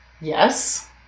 Yes